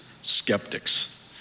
skeptics